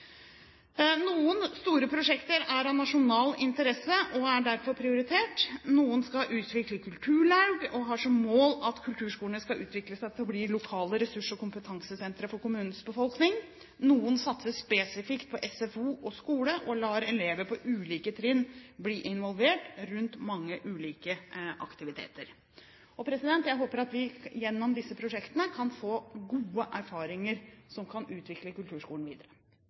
Noen store prosjekter er av nasjonal interesse og er derfor prioritert. Noen skal utvikle kulturlaug, og har som mål at kulturskolene skal utvikle seg til å bli lokale ressurs- og kompetansesentre for kommunens befolkning. Noen satser spesifikt på SFO og skole, og lar elever på ulike trinn bli involvert i mange ulike aktiviteter. Jeg håper at vi gjennom disse prosjektene kan få gode erfaringer som kan utvikle kulturskolen videre.